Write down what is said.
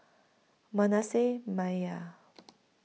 Manasseh Meyer